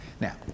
Now